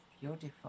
beautiful